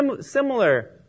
similar